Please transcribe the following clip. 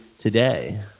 Today